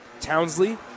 Townsley